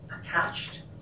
attached